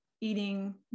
eating